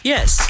Yes